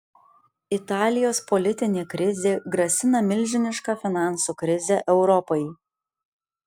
italijos politinė krizė grasina milžiniška finansų krize europai